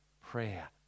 Prayer